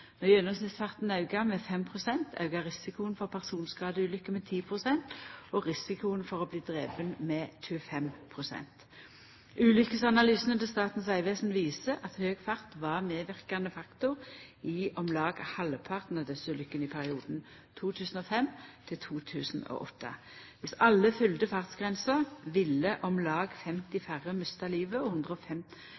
med 5 pst., aukar risikoen for personskadeulykker med 10 pst., og risikoen for å bli drepen med 25 pst. Ulykkesanalysane frå Statens vegvesen viser at høg fart var ein medverkande faktor i om lag halvparten av dødsulykkene i perioden 2005–2008. Dersom alle følgde fartsgrensa, ville om lag 50